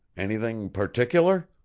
anything particular?